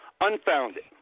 unfounded